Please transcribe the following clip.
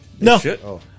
No